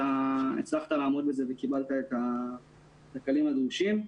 שהצלחת לעמוד בזה וקיבלת את הכלים הדרושים.